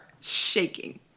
shaking